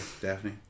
daphne